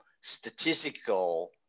statistical